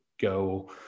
go